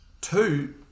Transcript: Two